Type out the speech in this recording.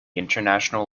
international